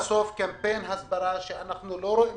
אנחנו גם לא רואים